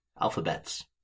alphabets